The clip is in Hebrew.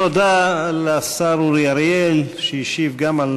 תודה לשר אורי אריאל, שהשיב גם על